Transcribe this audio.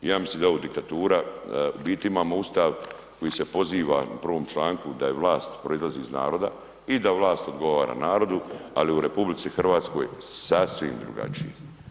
I ja mislim da je ovo diktatura, u biti imamo Ustav koji se poziva u prvom članku da vlast proizlazi iz naroda i da vlast odgovara narodu, ali u RH sasvim drugačije.